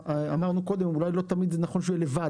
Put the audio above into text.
כמו שאמרנו קודם - אולי לא תמיד נכון שהוא יהיה לבד,